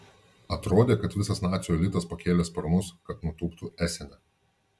atrodė kad visas nacių elitas pakėlė sparnus kad nutūptų esene